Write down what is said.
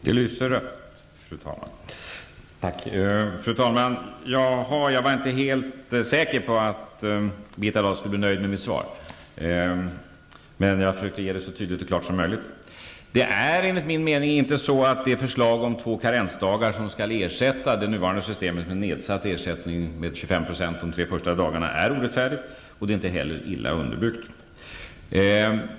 Fru talman! Jag var inte helt säker på att Birgitta Dahl skulle bli nöjd med mitt svar, men jag försökte ge det så tydligt och klart som möjligt. Det är inte så att det förslag om två karensdagar som skall ersätta det nuvarande systemet med nedsatt ersättning med 25 % de tre första dagarna är orättfärdigt, och det är inte heller illa underbyggt.